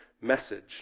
message